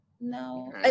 no